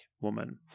woman